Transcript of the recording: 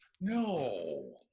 No